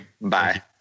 Bye